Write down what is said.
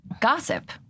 gossip